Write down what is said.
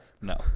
no